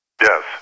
Yes